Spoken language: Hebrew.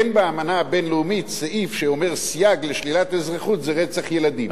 אין באמנה הבין-לאומית סעיף שאומר: סייג לשלילת אזרחות זה רצח ילדים.